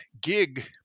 gig